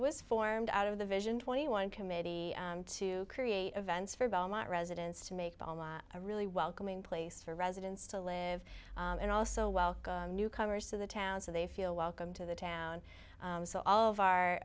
was formed out of the vision twenty one committee to create events for belmont residence to make a really welcoming place for residents to live and also welcome newcomers to the town so they feel welcome to the town so all of our